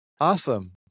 Awesome